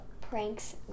pranks